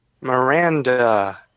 Miranda